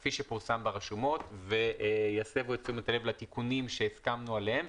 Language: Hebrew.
כפי שפורסם ברשומות ויסבו את תשומת הלב לתיקונים שהסכמנו עליהם,